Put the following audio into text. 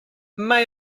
may